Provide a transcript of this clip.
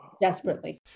desperately